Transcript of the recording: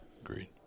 Agreed